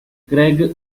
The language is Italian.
greg